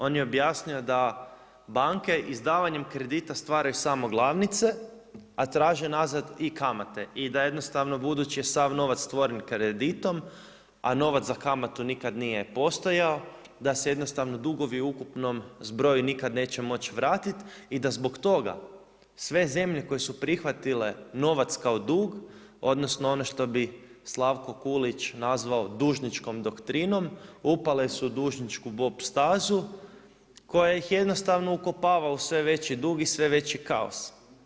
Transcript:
On je objasnio da banke izdavanjem kredita stvaraju samo glavnice, a traže nazad i kamate i da jednostavno budući je sav novac stvoren kreditom, a novac za kamatu nikad nije postojao, da se jednostavno dugovi u ukupnom zbroju nikad neće moći vratit i da zbog toga sve zemlje koje su prihvatile novac kao dug, odnosno ono što bi Slavko Kulić, nazvao dužničkom doktrinom, upale su u dužničku bob stazu koja ih jednostavno ukopava u sve veći dug i sve veći kaos.